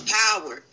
power